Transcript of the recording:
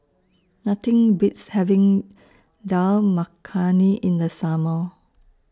Nothing Beats having Dal Makhani in The Summer